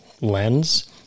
lens